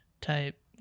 type